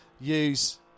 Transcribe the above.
use